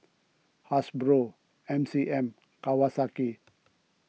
Hasbro M C M Kawasaki